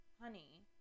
Honey